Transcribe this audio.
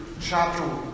chapter